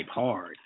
Hard